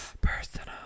Personal